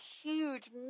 huge